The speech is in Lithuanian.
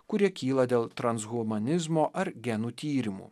kurie kyla dėl transhumanizmo ar genų tyrimų